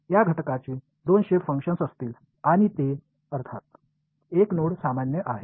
या घटकाची दोन शेप फंक्शन असतील आणि ते अर्थात 1 नोड सामान्य आहे